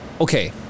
Okay